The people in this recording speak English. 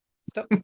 stop